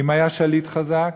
אם היה שליט חזק,